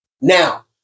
Now